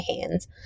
hands